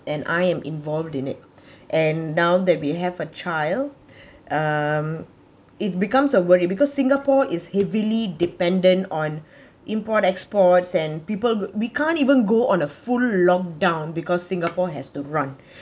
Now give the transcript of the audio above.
and I am involved in it and now that we have a child um it becomes a worry because singapore is heavily dependent on import export and people we can't even go on a full lockdown because singapore has to run